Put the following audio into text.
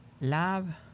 love